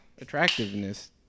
attractiveness